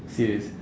serious